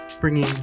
bringing